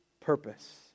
purpose